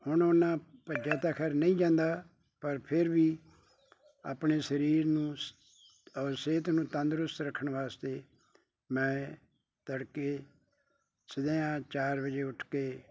ਹੁਣ ਓਨਾ ਭੱਜਿਆ ਤਾਂ ਖੈਰ ਨਹੀਂ ਜਾਂਦਾ ਪਰ ਫੇਰ ਵੀ ਆਪਣੇ ਸਰੀਰ ਨੂੰ ਔਰ ਸਿਹਤ ਨੂੰ ਤੰਦਰੁਸਤ ਰੱਖਣ ਵਾਸਤੇ ਮੈਂ ਤੜਕੇ ਚਾਰ ਵਜੇ ਉੱਠ ਕੇ